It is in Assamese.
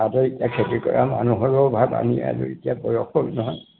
তাতো এতিয়া খেতি কৰা মানুহৰো অভাৱ আমি আৰু এতিয়া বয়স হ'ল নহয়